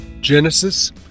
Genesis